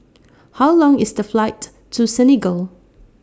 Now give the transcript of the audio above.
How Long IS The Flight to Senegal